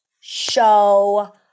show